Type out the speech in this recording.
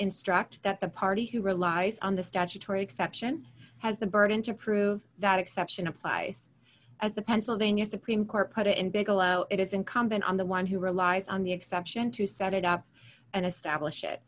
instruct that the party who relies on the statutory exception has the burden to prove that exception applies as the pennsylvania supreme court put it in bigelow it is incumbent on the one who relies on the exception to set it up and establish it